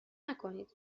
نکنید